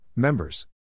Members